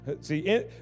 see